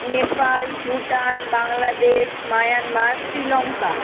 Nepal Bhutan Bangladesh Myanmar Sri Lanka